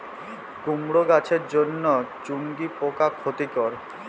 কুমড়ো গাছের জন্য চুঙ্গি পোকা ক্ষতিকর?